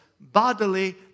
bodily